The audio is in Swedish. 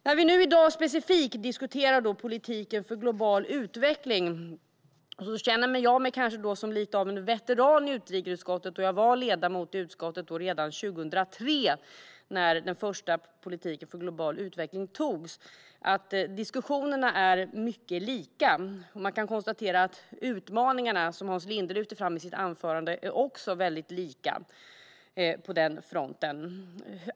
När vi i dag specifikt diskuterar politiken för global utveckling känner jag mig lite grann som en veteran i utrikesutskottet. Jag var ledamot i utskottet redan 2003 när den första politiken för global utveckling antogs. Diskussionerna då och nu är mycket lika. Man kan konstatera att utmaningarna, som Hans Linde lyfte fram i sitt anförande, också är mycket lika på den fronten.